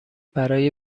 برای